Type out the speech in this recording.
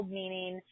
meaning